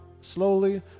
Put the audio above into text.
slowly